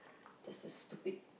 just a stupid